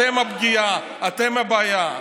אתם הפגיעה, אתם הבעיה.